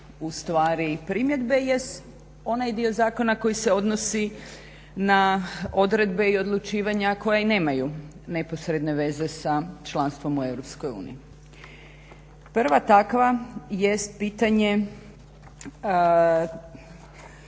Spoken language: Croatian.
ustvari primjedbe jest onaj dio zakona koji se odnosi na odredbe i odlučivanja koje nemaju neposredne veze sa članstvom u Europskoj uniji. Prva takva jest pitanje